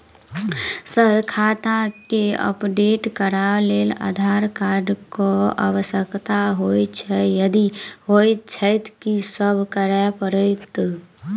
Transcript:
Sir खाता केँ update करऽ लेल आधार कार्ड केँ आवश्यकता होइ छैय यदि होइ छैथ की सब करैपरतैय?